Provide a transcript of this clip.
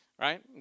right